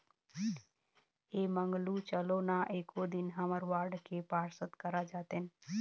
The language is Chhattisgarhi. ऐ मंगलू चलो ना एको दिन हमर वार्ड के पार्षद करा जातेन